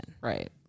Right